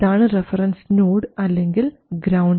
ഇതാണ് reference node അല്ലെങ്കിൽ ground